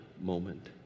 moment